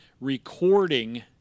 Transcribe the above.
recording